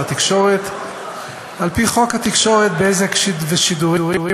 התקשורת על-פי: חוק התקשורת (בזק ושידורים),